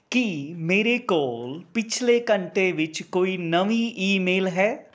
ਕੀ ਮੇਰੇ ਕੋਲ਼ ਪਿਛਲੇ ਘੰਟੇ ਵਿੱਚ ਕੋਈ ਨਵੀਂ ਈਮੇਲ ਹੈ